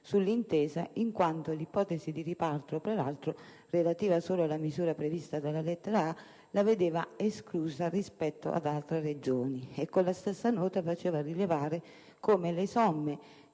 sull'intesa in quanto l'ipotesi di riparto, peraltro relativa solo alla misura prevista dalla lettera *a)*, la vedeva esclusa rispetto alle altre Regioni; con la stessa nota faceva rilevare che le somme